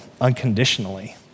unconditionally